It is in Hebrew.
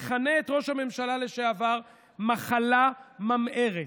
מכנה את ראש הממשלה לשעבר מחלה ממארת,